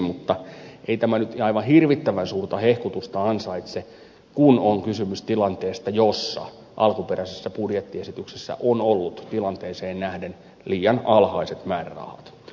mutta ei tämä nyt aivan hirvittävän suurta hehkutusta ansaitse kun on kysymys tilanteesta jossa alkuperäisessä budjettiesityksessä on ollut tilanteeseen nähden liian alhaiset määrärahat